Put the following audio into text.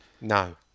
No